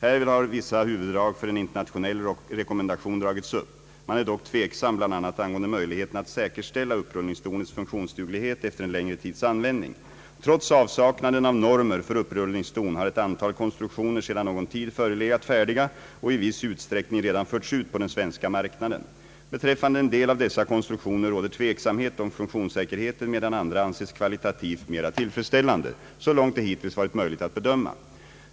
Härvid har vissa huvuddrag för en internationell rekommendation dragits upp. Man är dock tveksam bl.a. angående möjligheten att säkerställa upprullningsdonets funktionsduglighet efter en längre tids användning. Trots avsaknaden av normer för upprullningsdon har ett antal konstruktioner sedan någon tid förelegat färdiga och i viss utsträckning redan förts ut på den svenska marknaden. Beträffande en del av dessa konstruktioner råder tveksamhet om funktionssäkerheten medan andra anses kvalitativt mera tillfredsställande så långt det hittills varit möjligt att bedöma.